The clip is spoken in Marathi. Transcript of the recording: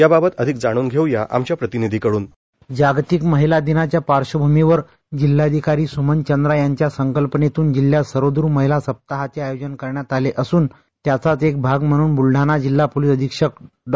याबाबत अधिक जाणून घेऊ या आमच्या प्रतिनिधी कडून साऊंड बाईट जागतिक महिला दिनाच्या पार्श्वभूमीवर जिल्हाधिकारी सुमन चंद्रा यांच्या संकल्पनेतून जिल्ह्यात सर्वद्र महिला सप्ताहाचे आयोजन करण्यात आले असून त्याचाच एक भाग म्हणून ब्रुलडाणा जिल्हा पोलीस अधिक्षक डॉ